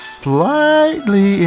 slightly